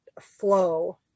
flow